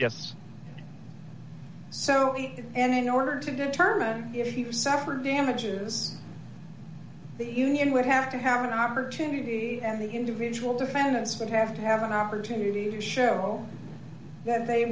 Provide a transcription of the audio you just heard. yes so and in order to determine if you separate damages the union would have to have an opportunity and the individual defendants would have to have an opportunity to show that they